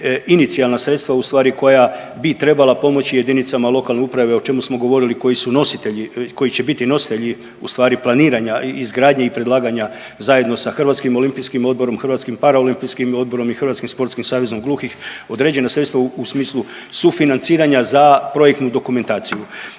inicijalna sredstva u stvari koja bi trebala pomoći jedinicama lokalne uprave o čemu smo govorili koji su nositelji, koji će biti nositelji u stvari planiranja i izgradnje i predlaganja zajedno sa Hrvatskim olimpijskim odborom, Hrvatskim paraolimpijskim odborom i Hrvatskim sportskim savezom gluhih određena sredstva u smislu sufinanciranja za projektnu dokumentaciju.